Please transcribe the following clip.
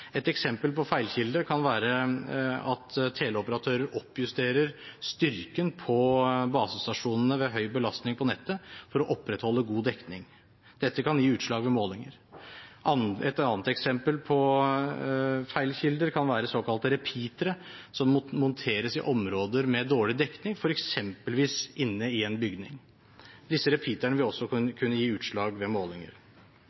Et eksempel på feilkilde kan være at teleoperatører oppjusterer styrken på basestasjonene ved høy belastning på nettet for å opprettholde god dekning. Dette kan gi utslag ved målinger. Et annet eksempel på feilkilder kan være såkalte repeatere, som monteres i områder med dårlig dekning, f.eks. inne i en bygning. Disse repeaterne vil også kunne gi utslag ved målinger.